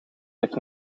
heeft